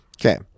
Okay